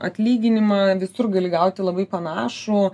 atlyginimą visur gali gauti labai panašų